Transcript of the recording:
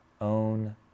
Own